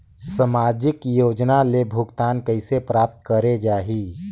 समाजिक योजना ले भुगतान कइसे प्राप्त करे जाहि?